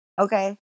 okay